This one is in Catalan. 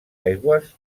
aigües